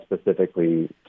specifically